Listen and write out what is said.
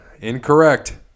Incorrect